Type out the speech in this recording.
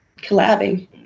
collabing